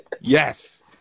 Yes